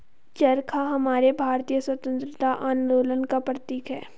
चरखा हमारे भारतीय स्वतंत्रता आंदोलन का प्रतीक है